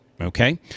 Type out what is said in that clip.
Okay